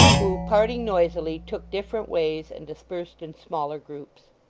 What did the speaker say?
who, parting noisily, took different ways and dispersed in smaller groups.